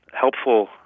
helpful